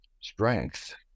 strength